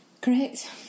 correct